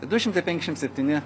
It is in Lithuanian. tai du šimtai penkšims septyni